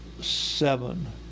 Seven